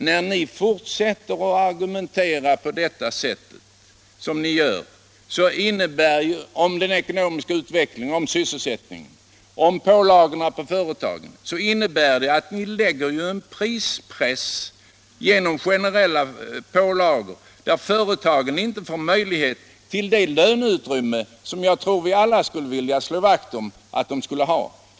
När ni fortsätter att argumentera som ni gör om den ekonomiska utvecklingen, om sysselsättningen och om pålagorna på företagen innebär det ju att ni genom generella pålagor pressar företagen så att de inte får det löneutrymme Allmänpolitisk debatt Allmänpolitisk debatt som jag tror att vi i centern vill slå vakt om.